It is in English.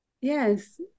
yes